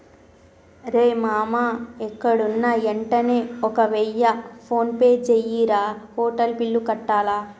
రేయ్ మామా ఎక్కడున్నా యెంటనే ఒక వెయ్య ఫోన్పే జెయ్యిరా, హోటల్ బిల్లు కట్టాల